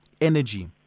Energy